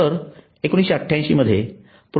तर 1988 मध्ये प्रा